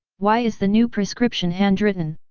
why is the new prescription handwritten?